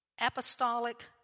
apostolic